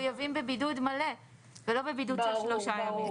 מחויבים בבידוד מלא ולא בבידוד של שלושה ימים.